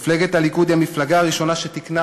מפלגת הליכוד היא המפלגה הראשונה שתיקנה